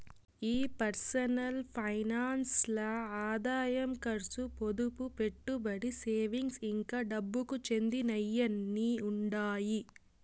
ఈ personal finance ల్ల ఆదాయం కర్సు, పొదుపు, పెట్టుబడి, సేవింగ్స్, ఇంకా దుడ్డుకు చెందినయ్యన్నీ ఉండాయి